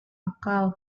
akal